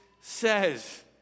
says